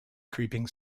creeping